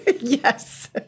Yes